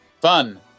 Fun